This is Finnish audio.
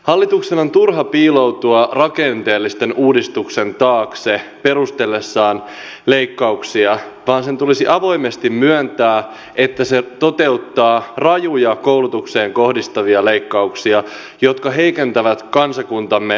hallituksen on turha piiloutua rakenteellisten uudistusten taakse perustellessaan leikkauksia sen tulisi avoimesti myöntää että se toteuttaa rajuja koulutukseen kohdistuvia leikkauksia jotka heikentävät kansakuntamme osaamistasoa